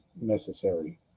necessary